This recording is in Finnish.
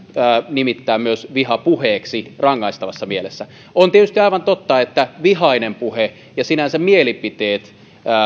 nimittää myös vihapuheeksi rangaistavassa mielessä on tietysti aivan totta että vihainen puhe ja sinänsä mielipiteet